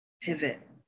Pivot